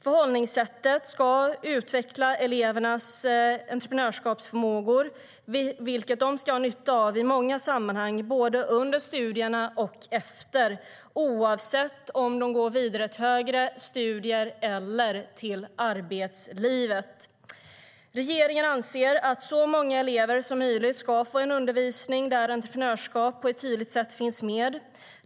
Förhållningssättet ska utveckla elevernas entreprenörskapsförmågor, vilka de kan ha nytta av i många sammanhang både under studierna och efter, oavsett om de går vidare till högre studier eller till arbetslivet. Regeringen anser att så många elever som möjligt ska få en undervisning där entreprenörskap på ett tydligt sätt finns med.